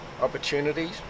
opportunities